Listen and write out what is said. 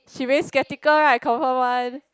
she very skeptical right confirm one